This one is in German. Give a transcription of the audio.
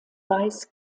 weiss